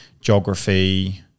geography